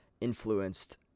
influenced